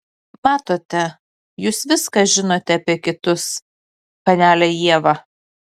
matote jūs viską žinote apie kitus panele ieva